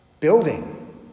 building